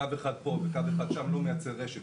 קו אחד פה וקו אחד שם לא מייצר רשת,